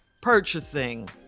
purchasing